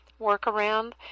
workaround